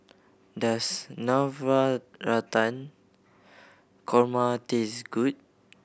does Navratan Korma taste good